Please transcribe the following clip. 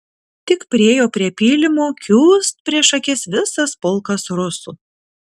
tik priėjo prie pylimo kiūst prieš akis visas pulkas rusų